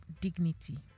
dignity